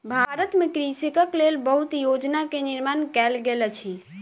भारत में कृषकक लेल बहुत योजना के निर्माण कयल गेल अछि